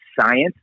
science